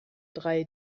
drei